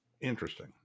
interesting